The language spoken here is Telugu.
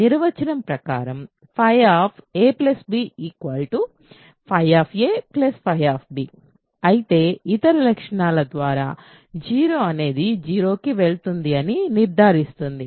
నిర్వచనం ప్రకారం a b అయితే ఇతర లక్షణాల ద్వారా 0 అనేది 0 కి వెళ్తుంది అని నిర్ధారిస్తుంది